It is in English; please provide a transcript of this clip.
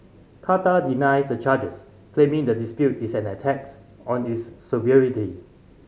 Qatar denies the charges claiming the dispute is an attacks on this sovereignty